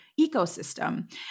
ecosystem